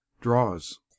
Draws